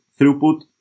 throughput